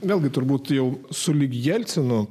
vėlgi turbūt jau sulig jelcinu